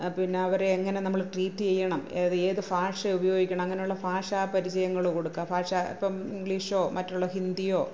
പിന്നെ അവര് എങ്ങനെ നമ്മള് ട്രീറ്റ് ചെയ്യണം ഏത് ഏത് ഭാഷ ഉപയോഗിക്കണം അങ്ങനെയുള്ള ഭാഷ പരിചയങ്ങള് കൊടുക്കുക ഭാഷ ഇപ്പം ഇംഗ്ലീഷോ മറ്റുള്ള ഹിന്ദിയോ